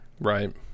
Right